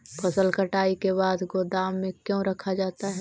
फसल कटाई के बाद गोदाम में क्यों रखा जाता है?